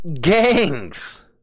gangs